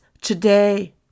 today